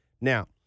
Now